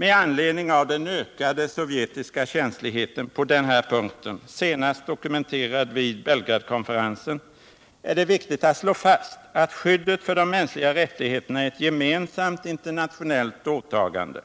Med anledning av den ökade sovjetiska känsligheten på denna punkt — senast dokumenterad vid Belgradkonferensen — är det viktigt att slå fast att skyddet för de mänskliga rättigheterna är ett gemensamt internationellt åtagande